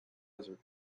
desert